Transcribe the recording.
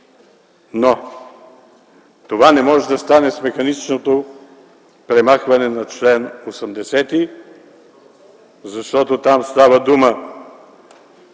но това не може да стане с механичното премахване на чл. 80, защото там става дума